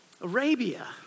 Arabia